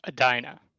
Adina